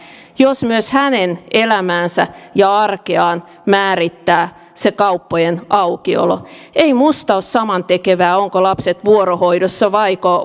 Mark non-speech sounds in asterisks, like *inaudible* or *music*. jos myös hänen elämäänsä ja arkeaan määrittää se kauppojen aukiolo ei minusta ole samantekevää ovatko lapset vuorohoidossa vaiko *unintelligible*